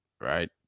right